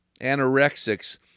anorexics